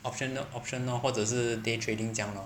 option d~ option lor 或者是 day trading 这样 lor